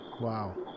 Wow